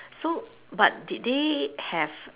so but did they have